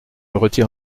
retire